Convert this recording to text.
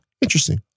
interesting